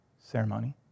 ceremony